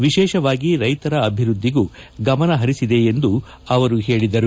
ವಿಶೇಷವಾಗಿ ರೈತರ ಅಭಿವೃದ್ಧಿಗೂ ಗಮನಹರಿಸಿದೆ ಎಂದು ಅವರು ಹೇಳಿದರು